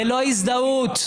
ללא הזדהות,